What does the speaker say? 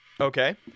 Okay